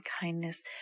kindness